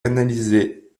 analysé